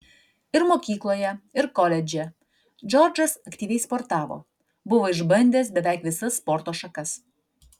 ir mokykloje ir koledže džordžas aktyviai sportavo buvo išbandęs beveik visas sporto šakas